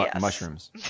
mushrooms